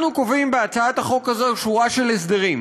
אנחנו קובעים בהצעת החוק הזו שורה של הסדרים: